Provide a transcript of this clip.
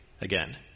again